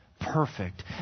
perfect